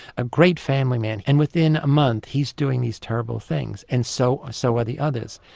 a great family man. and within a month he's doing these terrible things and so so were the others.